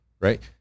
Right